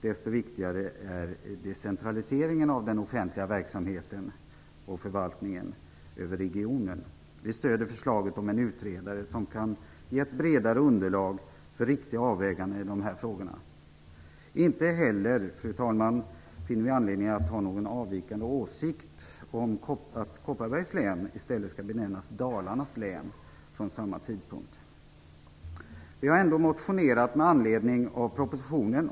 Desto viktigare är decentraliseringen av den offentliga verksamheten och förvaltningen över regionen. Vi stöder förslaget om en utredare som kan ge ett bredare underlag för riktiga avväganden i dessa frågor. Inte heller finner vi anledning att ha någon avvikande åsikt om att Kopparbergs län i stället skall benämnas Dalarnas län från samma tidpunkt Vi har ändå väckt motioner med anledning av propositionen.